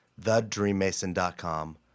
thedreammason.com